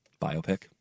Biopic